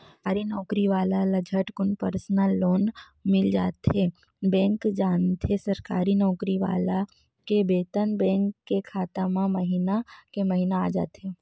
सरकारी नउकरी वाला ल झटकुन परसनल लोन मिल जाथे बेंक जानथे सरकारी नउकरी वाला के बेतन बेंक के खाता म महिना के महिना आ जाथे